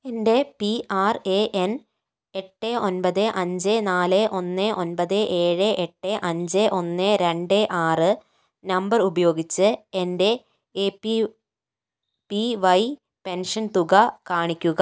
എൻ്റെ P R A N എട്ട് ഒൻപത് അഞ്ച് നാല് ഒന്ന് ഒൻപത് ഏഴ് എട്ട് അഞ്ച് ഒന്ന് രണ്ട് ആറ് നമ്പർ ഉപയോഗിച്ച് എൻ്റെ A P P Y pension തുക കാണിക്കുക